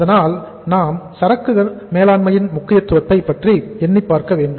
அதனால் நாம் சரக்குகள் மேலாண்மையின் முக்கியத்துவத்தைப் பற்றி எண்ணிப்பார்க்க வேண்டும்